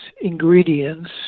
ingredients